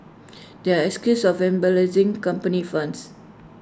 they are accused of company funds